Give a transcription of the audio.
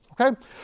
Okay